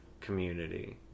community